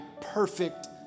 perfect